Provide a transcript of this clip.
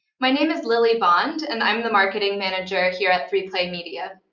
my name is lily bond, and i'm the marketing manager here at three play media.